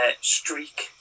streak